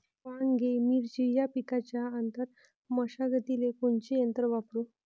वांगे, मिरची या पिकाच्या आंतर मशागतीले कोनचे यंत्र वापरू?